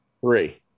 three